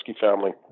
family